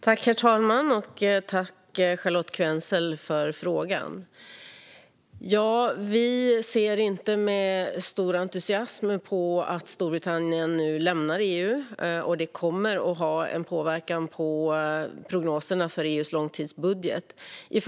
Herr talman! Tack, Charlotte Quensel, för frågan! Vi ser inte med stor entusiasm på att Storbritannien nu ska lämna EU. Det kommer att få en påverkan på prognoserna för EU:s långtidsbudget.